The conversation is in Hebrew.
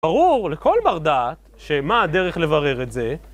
ברור לכל בר דעת, שמה הדרך לברר את זה?